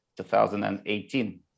2018